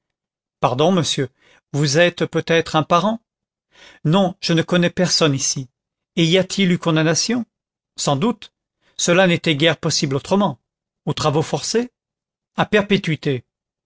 pardon monsieur vous êtes peut-être un parent non je ne connais personne ici et y a-t-il eu condamnation sans doute cela n'était guère possible autrement aux travaux forcés à